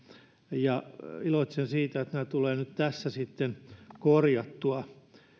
ja iloitsen siitä että nämä tulee nyt tässä korjattua